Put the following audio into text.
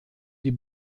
die